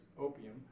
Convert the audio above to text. opium